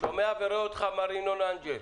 שומע ורואה אותך, מר ינון אנגל.